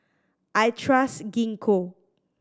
I trust Gingko